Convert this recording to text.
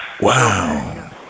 Wow